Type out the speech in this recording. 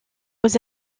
aux